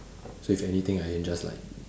so if anything I can just like